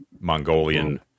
mongolian